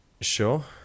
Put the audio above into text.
Sure